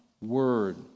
word